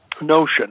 notion